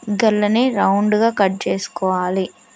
గళ్లాని రౌండ్గా కట్ చేసుకోవాలి